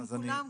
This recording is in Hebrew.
עם כולם,